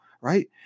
right